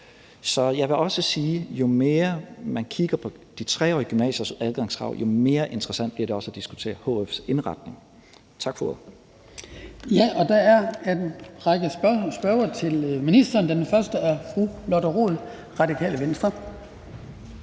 Så jeg vil også sige, at jo mere man kigger på de 3-årige gymnasiers adgangskrav, jo mere interessant bliver det også at diskutere hf's indretning. Tak for ordet. Kl. 12:56 Den fg. formand (Hans Kristian Skibby): Der er en række spørgere til ministeren. Den første er fru Lotte Rod, Radikale Venstre.